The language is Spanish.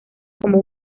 como